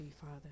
father